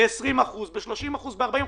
ב-20%, ב-30%, ב-40%.